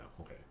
okay